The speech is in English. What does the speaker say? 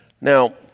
Now